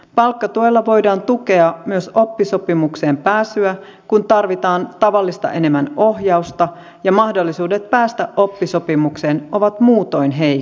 palkkatuella voidaan tukea myös oppisopimukseen pääsyä kun tarvitaan tavallista enemmän ohjausta ja mahdollisuudet päästä oppisopimukseen ovat muutoin heikot